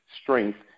strength